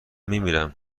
میمیرم